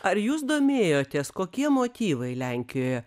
ar jūs domėjotės kokie motyvai lenkijoje